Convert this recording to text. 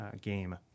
game